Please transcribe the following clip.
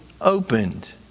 opened